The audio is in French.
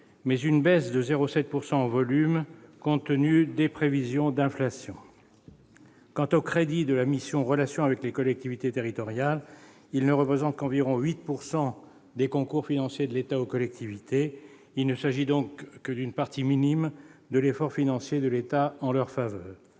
mais une baisse de 0,7 % en volume, compte tenu des prévisions d'inflation. Quant aux crédits de la mission « Relations avec les collectivités territoriales », ils ne représentent qu'environ 8 % des concours financiers de l'État aux collectivités. Il ne s'agit donc que d'une partie minime de l'effort financier de l'État en leur faveur.